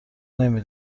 نمی